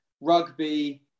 rugby